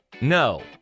No